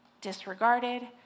disregarded